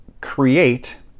create